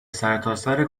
سرتاسر